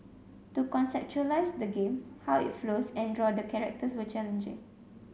to conceptualise the game how it flows and draw the characters were challenging